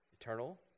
eternal